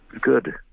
good